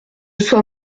sois